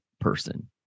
person